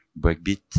breakbeat